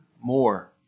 more